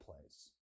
plays